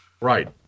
Right